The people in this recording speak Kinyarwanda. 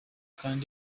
kandi